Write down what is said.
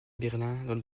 berlin